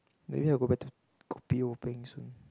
maybe I'll go back to kopi O peng soon